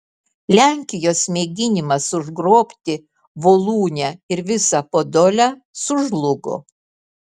lenkijos mėginimas užgrobti voluinę ir visą podolę sužlugo